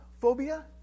phobia